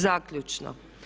Zaključno.